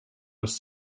was